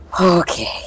Okay